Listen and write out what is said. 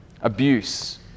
abuse